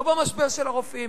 לא במשבר של הרופאים,